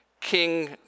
King